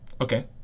Okay